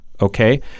Okay